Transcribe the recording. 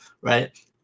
right